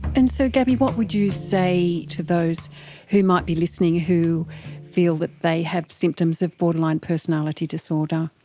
and so, gabby, what would you say to those who might be listening who feel that they have symptoms of borderline personality disorder?